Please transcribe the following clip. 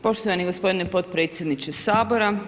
Poštovani gospodine potpredsjedniče Sabora.